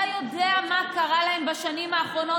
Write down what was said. אתה יודע מה קרה להם בשנים האחרונות?